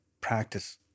practice